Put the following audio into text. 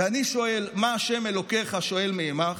ואני שואל מה ה' אלוקיך שואל מעמך,